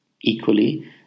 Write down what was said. Equally